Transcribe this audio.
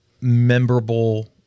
memorable